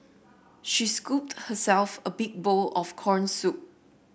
she scooped herself a big bowl of corn soup